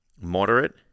moderate